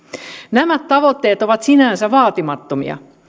nämä tavoitteet ovat sinänsä vaatimattomia